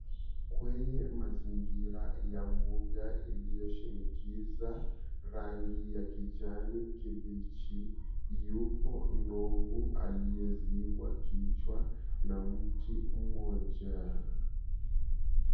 Kwenye mazingira ya mbuga iliyoshinikiza rangi ya kijani kibichi, yupo ndovu aliyezibwa kichwa na mti mmoja.